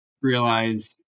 realize